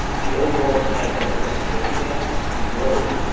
the overall genetic diversity, i think, is actually pretty low.